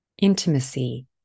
Intimacy